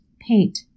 paint